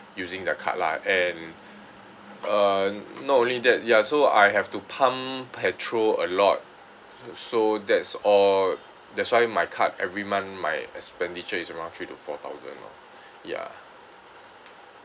using the card lah and uh not only that ya so I have to pump petrol a lot so that's all that's why my card every month my expenditure is around three to four thousand lor ya